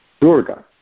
Durga